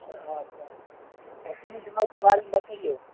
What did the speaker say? हँ तऽ अपने गामके बारेमे बतैऔ